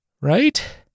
Right